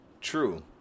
True